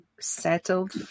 settled